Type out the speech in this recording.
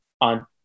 on